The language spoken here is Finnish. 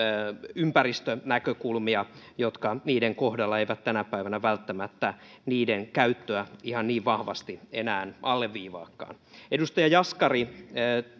ympäristönäkökulmia jotka eivät tänä päivänä välttämättä niiden käyttöä ihan niin vahvasti enää alleviivaakaan edustaja jaskari